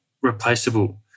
replaceable